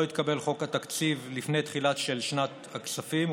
התקבל חוק התקציב לפני תחילת שנת הכספים,